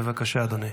בבקשה, אדוני.